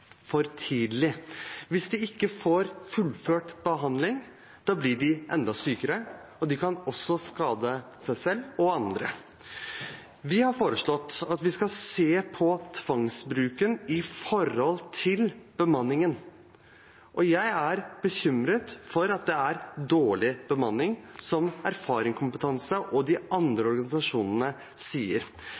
tidlig. Hvis de ikke får fullført behandling, blir de enda sykere, og de kan også skade seg selv og andre. Vi har foreslått at vi skal se på tvangsbruken i forhold til bemanningen. Jeg er bekymret for at det er dårlig bemanning, som Erfaringskompetanse og de andre organisasjonene sier.